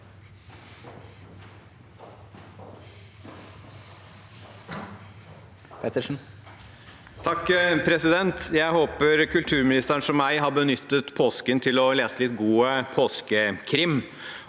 Pettersen (H) Jeg håper kulturmi- nisteren, som meg, har benyttet påsken til å lese litt god påskekrim.